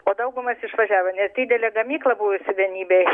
o daugumos išvažiavo nes didelė gamykla buvusi vienybė